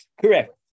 Correct